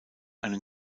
einen